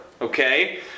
okay